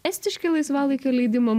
estiški laisvalaikio leidimo